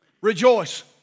Rejoice